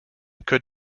could